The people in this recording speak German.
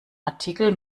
artikel